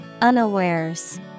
Unawares